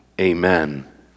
Amen